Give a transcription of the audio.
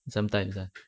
sometimes ah